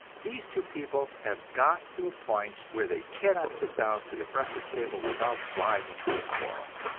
these two people have got to a point where they cannot sit down to the breakfast table without flying into a quarrel.